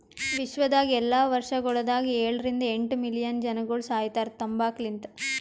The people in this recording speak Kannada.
ವಿಶ್ವದಾಗ್ ಎಲ್ಲಾ ವರ್ಷಗೊಳದಾಗ ಏಳ ರಿಂದ ಎಂಟ್ ಮಿಲಿಯನ್ ಜನಗೊಳ್ ಸಾಯಿತಾರ್ ತಂಬಾಕು ಲಿಂತ್